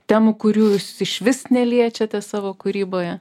temų kurių išvis neliečiate savo kūryboje